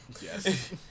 Yes